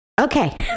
Okay